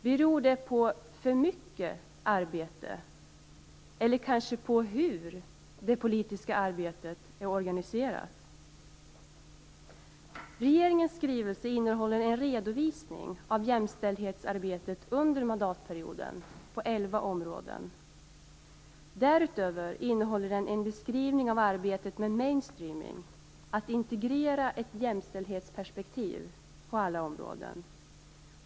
Beror det på för mycket arbete eller kanske på hur det politiska arbetet är organiserat? Regeringens skrivelse innehåller en redovisning av jämställdhetsarbetet under mandatperioden på elva områden. Därutöver innehåller den en beskrivning av arbetet med mainstreaming - att integrera ett jämställdhetsperspektiv på alla områden.